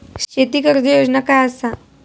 शेती कर्ज योजना काय असा?